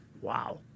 Wow